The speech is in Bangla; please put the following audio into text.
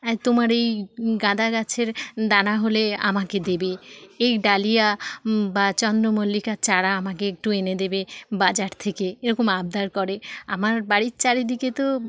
আর তোমার এই গাঁদা গাছের দানা হলে আমাকে দেবে এই ডালিয়া বা চন্দ্রমল্লিকার চারা আমাকে একটু এনে দেবে বাজার থেকে এরকম আবদার করে আমার বাড়ির চারিদিকে তো